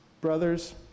brothers